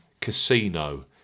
casino